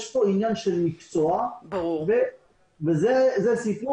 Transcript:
יש פה עניין של מקצוע וזה הסיפור.